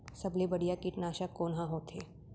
सबले बढ़िया कीटनाशक कोन ह होथे?